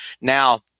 Now